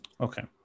Okay